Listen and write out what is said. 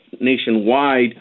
nationwide